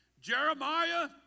Jeremiah